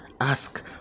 Ask